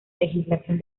legislación